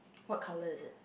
what colour is it